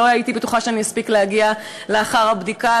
הייתי בטוחה שאני אספיק להגיע לאחר הבדיקה,